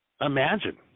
Imagine